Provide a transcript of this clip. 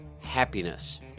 Happiness